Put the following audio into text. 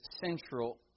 central